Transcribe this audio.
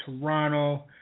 Toronto